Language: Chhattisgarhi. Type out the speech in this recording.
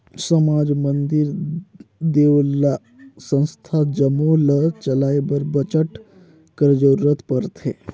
समाज, मंदिर, देवल्ला, संस्था जम्मो ल चलाए बर बजट कर जरूरत परथे